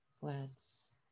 glance